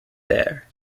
there